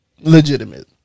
Legitimate